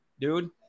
dude